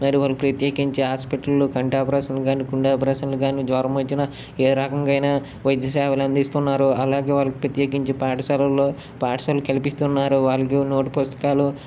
మరియు వారికి ప్రత్యేకించి హాస్పిటళ్ళు కంటి ఆపరేషన్లు కానీ గుండె ఆపరేషన్లు కానీ జ్వరం వచ్చిన ఏ రకంగైన వైద్య సేవలు అందిస్తున్నారు అలాగే వాళ్ళకి ప్రత్యేకించి పాఠశాలలు పాఠశాలలు కల్పిస్తున్నారు వాళ్ళకి నోటు పుస్తకాలు